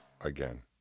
again